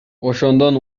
ошондон